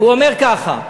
הוא אומר ככה: